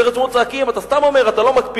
תראה איך הם צועקים: אתה סתם אומר, אתה לא מקפיא.